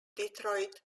detroit